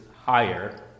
higher